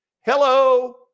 Hello